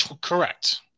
correct